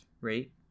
rate